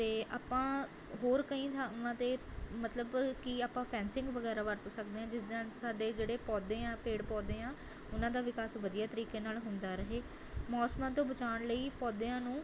ਅਤੇ ਆਪਾਂ ਹੋਰ ਕਈ ਥਾਵਾਂ 'ਤੇ ਮਤਲਬ ਕਿ ਆਪਾਂ ਫੈਂਸਿੰਗ ਵਗੈਰਾ ਵਰਤ ਸਕਦੇ ਹਾਂ ਜਿਸ ਦੇ ਨਾਲ਼ ਸਾਡੇ ਜਿਹੜੇ ਪੌਦੇ ਹੈ ਪੇੜ ਪੌਦੇ ਹੈ ਉਹਨਾਂ ਦਾ ਵਿਕਾਸ ਵਧੀਆ ਤਰੀਕੇ ਨਾਲ਼ ਹੁੰਦਾ ਰਹੇ ਮੌਸਮਾਂ ਤੋਂ ਬਚਾਉਣ ਲਈ ਪੌਦਿਆਂ ਨੂੰ